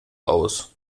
aus